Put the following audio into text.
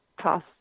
toss